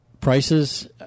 Prices